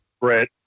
Brett